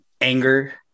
anger